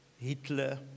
Hitler